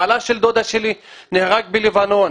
בעלה של דודה שלי נהרג בלבנון,